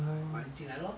money 进来 lor